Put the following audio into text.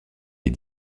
est